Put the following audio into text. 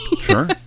Sure